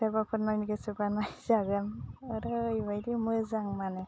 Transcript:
सोरबाफोर नायनो गोसोबा नायजागोन ओरैबायदि मोजां माने